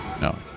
No